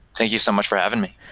thank you so much for having me.